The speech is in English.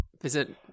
Visit